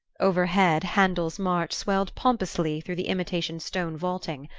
overhead, handel's march swelled pompously through the imitation stone vaulting,